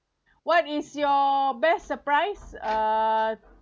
what is your best surprise uh